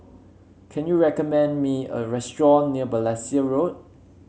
can you recommend me a restaurant near Balestier Road